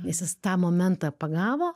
nes jis tą momentą pagavo